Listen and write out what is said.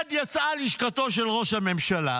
מייד יצאה לשכתו של ראש הממשלה,